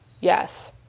Yes